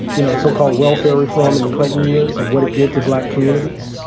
you know, so-called welfare reform in the clinton years and what it did to black communities,